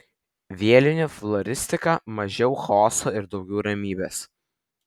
vėlinių floristika mažiau chaoso ir daugiau ramybės